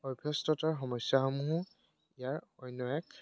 অভ্যস্ততাৰ সমস্যাসমূহো ইয়াৰ অন্য এক